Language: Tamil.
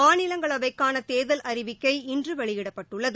மாநிலங்களவைக்கானதேர்தல் அறிவிக்கை இன்றுவெளியிடப்பட்டுள்ளது